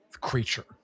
creature